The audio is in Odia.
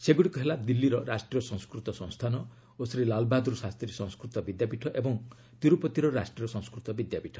ସେଗୁଡ଼ିକ ହେଲା ଦିଲ୍ଲୀର ରାଷ୍ଟ୍ରୀୟ ସଂସ୍କୃତ ସଂସ୍ଥାନ ଓ ଶ୍ରୀ ଲାଲବାହାଦର ଶାସ୍ତ୍ରୀ ସଂସ୍କୃତ ବିଦ୍ୟାପୀଠ ଓ ତିରୁପତୀର ରାଷ୍ଟ୍ରୀୟ ସଂସ୍କୃତ ବିଦ୍ୟାପୀଠ